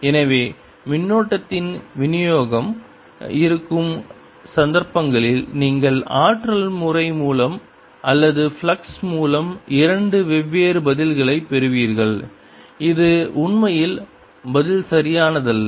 எனவே மின்னோட்டத்தின் விநியோகம் இருக்கும் சந்தர்ப்பங்களில் நீங்கள் ஆற்றல் முறை மூலம் அல்லது ஃப்ளக்ஸ் மூலம் இரண்டு வெவ்வேறு பதில்களைப் பெறுவீர்கள் இது உண்மையில் பதில் சரியானதல்ல